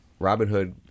Robinhood